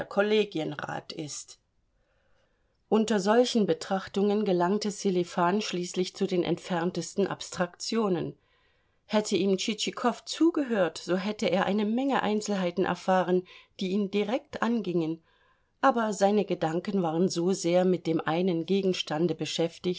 kollegienrat ist unter solchen betrachtungen gelangte sselifan schließlich zu den entferntesten abstraktionen hätte ihm tschitschikow zugehört so hätte er eine menge einzelheiten erfahren die ihn direkt angingen aber seine gedanken waren so sehr mit dem einen gegenstande beschäftigt